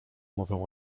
mowę